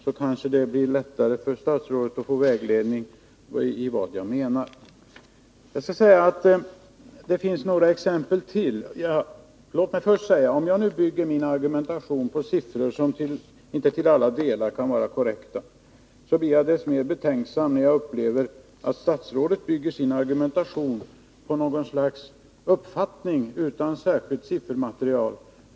Då kanske statsrådet lättare får klart för sig vad jag menar. Om jag bygger min argumentation på siffror som kanske inte till alla delar är korrekta, blir jag desto mer betänksam när statsrådet bygger sin argumentation på något slags uppfattning utan något som helst siffermaterial.